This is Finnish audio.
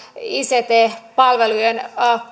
ict palvelujen